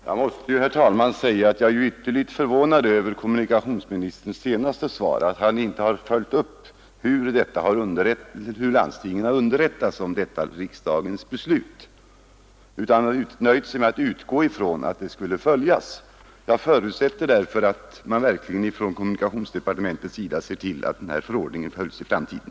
Herr talman! Jag måste säga att jag är ytterligt förvånad över kommunikationsministerns senaste svar, att han inte har följt upp hur landstingen har underrättats om detta riksdagens beslut utan har nöjt sig med att utgå ifrån att beslutet skulle följas. Jag förutsätter därför att kommunikationsdepartementet verkligen ser till att denna förordning följs i framtiden.